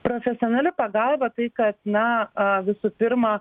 profesionali pagalba tai kad na visų pirma